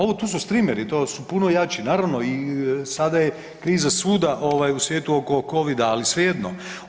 Ovo tu su streamer-i, to su puno jači naravno i sada je kriza svuda ovaj u svijetu oko Covida ali svejedno.